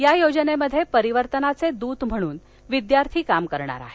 या योजनेमध्ये परिवर्तनाचे दूत म्हणून विद्यार्थी काम करणार आहेत